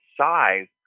size